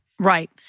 Right